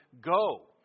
go